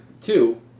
two